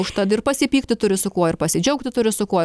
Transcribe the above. užtat ir pasipykti turi su kuo ir pasidžiaugti turi su kuo